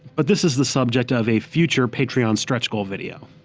but this is the subject of a future patreon stretch goal video.